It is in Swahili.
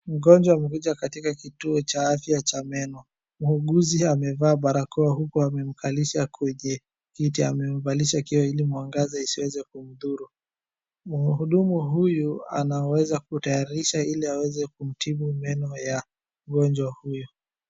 Mgonjwa amekuja katika kituo cha afya cha meno. Muuguzi amevaa barakoa huku amemkalisha kwenye kiti. Amemvalisha kioo ili mwangaza isiweze kumdhuru. Mhudumu huyu anaweza kutayarisha ili aweze kumtibu meno ya mgonjwa huyu.